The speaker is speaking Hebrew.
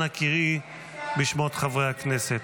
אנא קראי בשמות חברי הכנסת.